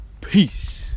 Peace